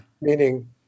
Meaning